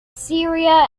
syria